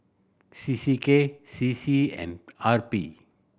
C C K C C and R P